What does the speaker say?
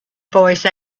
voice